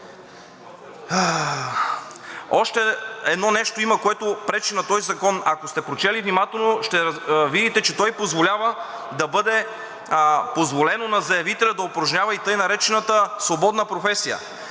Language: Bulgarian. Още едно нещо има, което пречи на този закон. Ако сте прочели внимателно, ще видите, че той позволява да бъде позволено на заявителя да упражнява и така наречената свободна професия.